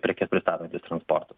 prekes pristatantis transportas